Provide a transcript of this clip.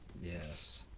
Yes